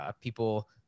people